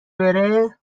بره